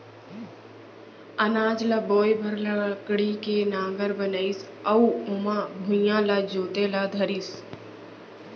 अनाज ल बोए बर लकड़ी के नांगर बनाइस अउ ओमा भुइयॉं ल जोते ल धरिस